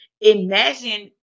Imagine